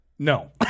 No